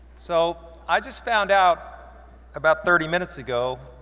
so, i just found out about thirty minutes ago,